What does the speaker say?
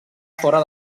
fora